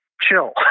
chill